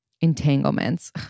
entanglements